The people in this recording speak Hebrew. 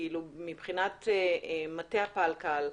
מבחינת מטה הפלקל,